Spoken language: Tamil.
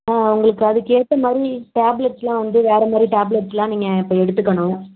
ஆ உங்களுக்கு அதுக்கு ஏற்ற மாதிரி டேப்லட்ஸ்லாம் வந்து வேறு மாதிரி டேப்லட்ஸ்லாம் நீங்கள் இப்போ எடுத்துக்கணும்